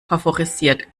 favorisiert